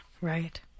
Right